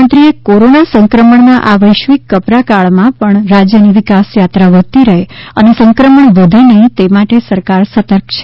મુખ્યમંત્રીએ કોરોના સંક્રમણના આ વૈશ્વિક કપરાં કાળમાં પણ રાજ્યની વિકાસયાત્રા વધતી રહે અને સંક્રમણ વધે નહીં તે માટે સરકાર સતર્ક છે